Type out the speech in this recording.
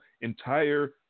entire